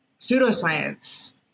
pseudoscience